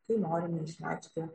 kai norime išreikšti